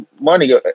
money